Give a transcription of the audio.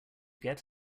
get